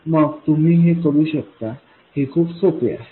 तर मग तुम्ही हे करू शकता हे खूप सोपे आहे